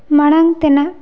ᱢᱟᱲᱟᱝ ᱛᱮᱱᱟᱜ